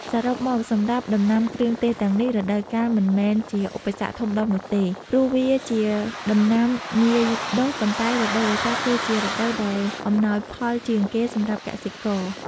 សរុបមក សម្រាប់ដំណាំគ្រឿងទេសទាំងនេះ រដូវកាលមិនមែនជាឧបសគ្គធំដុំនោះទេ ព្រោះវាជាដំណាំងាយដុះ ប៉ុន្តែរដូវវស្សាគឺជារដូវដែលអំណោយផលជាងគេសម្រាប់កសិករ។